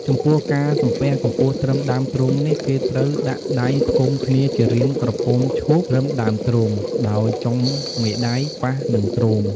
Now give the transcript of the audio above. ចំពោះការសំពះកម្ពស់ត្រឹមដើមទ្រូងនេះ គេត្រូវដាក់ដៃផ្គុំគ្នាជារាងក្រពុំឈូកត្រឹមដើមទ្រូង ដោយចុងមេដៃប៉ះនឹងទ្រូង។